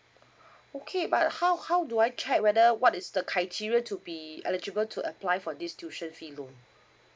okay but how how do I check whether what is the criteria to be eligible to apply for this tuition fee loan